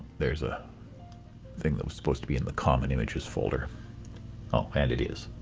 there's a thing that was supposed to be in the common images folder um and it is.